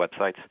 websites